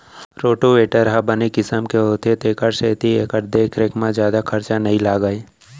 rotavator ह बने किसम के होथे तेकर सेती एकर देख रेख म जादा खरचा नइ लागय